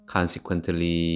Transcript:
Consequently